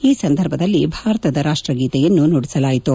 ಈ ಸಂದರ್ಭದಲ್ಲಿ ಭಾರತದ ರಾಷ್ಟಗೀತೆಯನ್ನು ನುಡಿಸಲಾಯಿತು